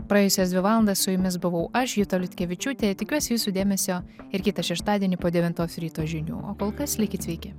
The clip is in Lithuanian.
praėjusias dvi valandas su jumis buvau aš juta liutkevičiūtė tikiuosi jūsų dėmesio ir kitą šeštadienį po devintos ryto žinių o kol kas likit sveiki